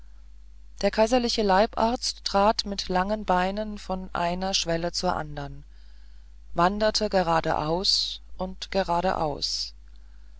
der kaiserliche leibarzt trat mit langen beinen von einer schwelle zur andern wanderte geradeaus und geradeaus